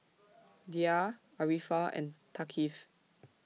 Dhia Arifa and Thaqif